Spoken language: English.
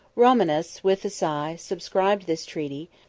romanus, with a sigh, subscribed this treaty,